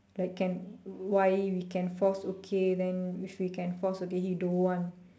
like can why we can force okay and if we can force okay he don't want